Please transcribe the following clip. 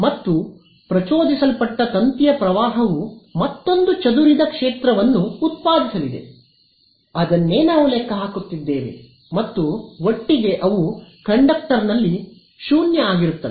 ಮತ್ತು ಪ್ರಚೋದಿಸಲ್ಪಟ್ಟ ತಂತಿಯ ಪ್ರವಾಹವು ಮತ್ತೊಂದು ಚದುರಿದ ಕ್ಷೇತ್ರವನ್ನು ಉತ್ಪಾದಿಸಲಿದೆ ಅದನ್ನೇ ನಾವು ಲೆಕ್ಕ ಹಾಕುತ್ತಿದ್ದೇವೆ ಮತ್ತು ಒಟ್ಟಿಗೆ ಅವು ಕಂಡಕ್ಟರ್ನಲ್ಲಿ 0 ಆಗಿರುತ್ತವೆ